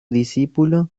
discípulo